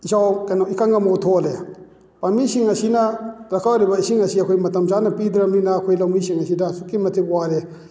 ꯏꯆꯥꯎ ꯀꯩꯅꯣ ꯏꯀꯪ ꯑꯃꯨꯛ ꯊꯣꯛꯍꯜꯂꯤ ꯄꯥꯝꯕꯤꯁꯤꯡ ꯑꯁꯤꯅ ꯗꯔꯀꯥꯔ ꯑꯣꯏꯔꯤꯕ ꯏꯁꯤꯡ ꯑꯁꯤ ꯑꯩꯈꯣꯏ ꯃꯇꯝꯆꯥꯅ ꯄꯤꯗ꯭ꯔꯕꯅꯤꯅ ꯑꯩꯈꯣꯏ ꯂꯧꯃꯤꯁꯤꯡ ꯑꯁꯤꯗ ꯑꯁꯨꯛꯀꯤ ꯃꯇꯤꯛ ꯋꯥꯔꯦ